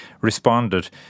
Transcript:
responded